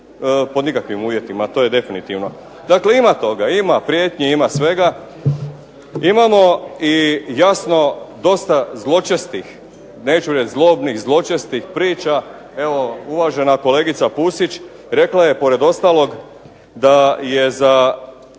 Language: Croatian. pod nikakvim uvjetima, to je definitivno. Dakle ima toga, ima prijetnji, ima svega, imamo i jasno dosta zločestih, neću reći zlobnih, zločestih priča. Evo uvažena kolegica Pusić rekla je pored ostalog da je iz